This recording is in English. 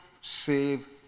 save